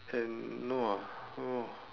and no ah no